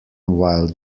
while